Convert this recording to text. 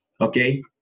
okay